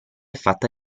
fatta